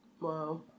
Wow